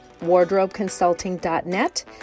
wardrobeconsulting.net